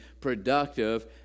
productive